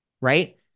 right